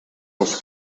els